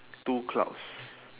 two clouds